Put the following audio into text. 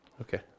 Okay